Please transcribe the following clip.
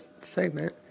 segment